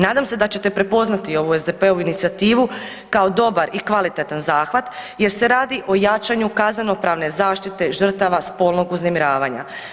Nadam se da žete prepoznati ovu SDP-ovu inicijativu kao dobar i kvalitetan zahvat jer se radi o jačanju kazneno-pravne zaštite žrtava spolnog uznemiravanja.